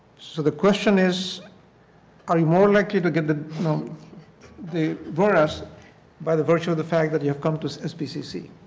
so the question is are you more likely to get the um the virus by the virtue of the fact that you have come to so sbcc?